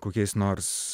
kokiais nors